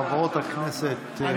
חברות הכנסת,